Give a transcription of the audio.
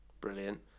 Brilliant